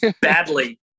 badly